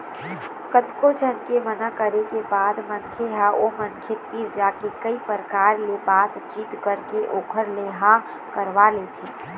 कतको झन के मना करे के बाद मनखे ह ओ मनखे तीर जाके कई परकार ले बात चीत करके ओखर ले हाँ करवा लेथे